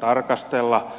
tarkastella